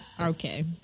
okay